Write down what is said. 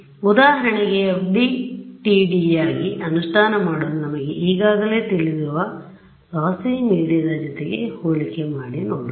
ಉದಾಹರಣೆಗೆ FDTDಯಾಗಿ ಅನುಷ್ಠಾನ ಮಾಡಲು ನಮಗೆ ಈಗಾಗಲೇ ತಿಳಿದಿರುವ ಲೋಸ್ಸಿ ಮೀಡಿಯಾದ ಜತೆ ಹೋಲಿಕೆ ಮಾಡಿ ನೋಡೋಣ